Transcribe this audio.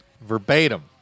verbatim